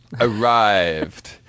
arrived